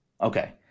Okay